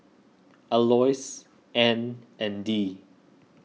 Alois Anne and Dee